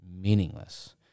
meaningless